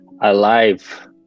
alive